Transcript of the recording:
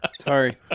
Sorry